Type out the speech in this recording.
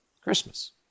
Christmas